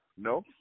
no